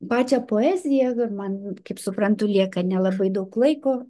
pačią poeziją jau man kaip suprantu lieka nelabai daug laiko